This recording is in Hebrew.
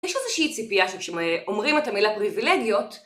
יש איזושהי ציפייה שכשאומרים את המילה פריבילגיות...